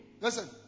Listen